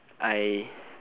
I